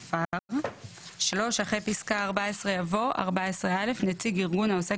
הכפר,"; אחרי פסקה (14) יבוא: "(14א) נציג ארגון העוסק